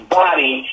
body